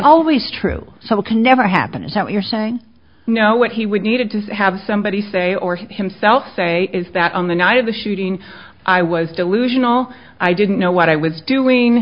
always true so connector happen is that what you're saying you know what he would need to have somebody say or himself say is that on the night of the shooting i was delusional i didn't know what i was doing